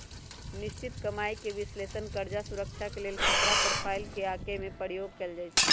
निश्चित कमाइके विश्लेषण कर्जा सुरक्षा के लेल खतरा प्रोफाइल के आके में प्रयोग कएल जाइ छै